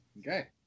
Okay